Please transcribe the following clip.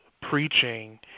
preaching